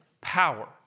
power